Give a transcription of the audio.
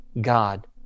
God